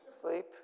sleep